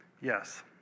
Yes